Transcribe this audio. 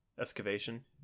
excavation